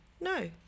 no